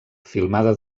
filmada